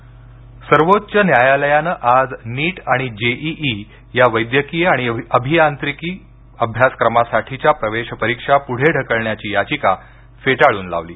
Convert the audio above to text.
नीट परीक्षा सर्वोच्च न्यायालयानं आज नीट आणि जेईई या वैद्यकीय आणि अभियांत्रिकी अभ्यासक्रमासाठीच्या प्रवेश परीक्षा पुढे ढकलण्याची याचिका फेटाळून लावली